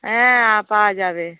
হ্যাঁ আ পাওয়া যাবে